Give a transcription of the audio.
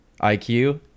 IQ